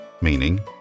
meaning